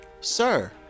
Sir